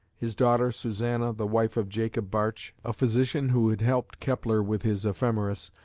his daughter, susanna, the wife of jacob bartsch, a physician who had helped kepler with his ephemeris,